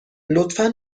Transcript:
لطفا